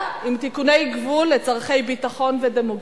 עם תיקוני גבול לצורכי ביטחון ודמוגרפיה.